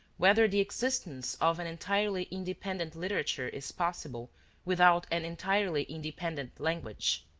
whether the existence of an entirely independent literature is possible without an entirely independent language.